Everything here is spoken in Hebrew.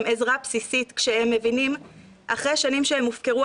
עזרה בסיסית כשהם מבינים אחרי שנים שהם הופקרו,